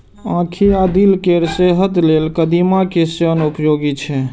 आंखि आ दिल केर सेहत लेल कदीमा के सेवन उपयोगी छै